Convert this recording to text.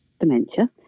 dementia